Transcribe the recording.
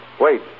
wait